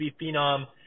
phenom